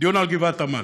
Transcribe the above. דיון על גבעת עמל.